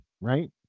right